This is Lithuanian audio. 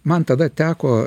man tada teko